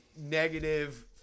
negative